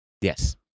Yes